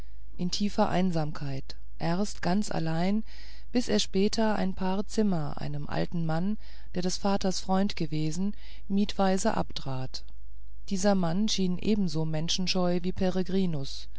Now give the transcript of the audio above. in tiefster einsamkeit erst ganz allein bis er später ein paar zimmer einem alten mann der des vaters freund gewesen mietweise abtrat dieser mann schien ebenso menschenscheu wie